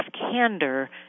candor